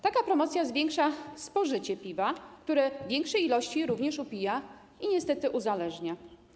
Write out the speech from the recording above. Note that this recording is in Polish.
Taka promocja zwiększa spożycie piwa, które w większej ilości również upija i niestety uzależnia.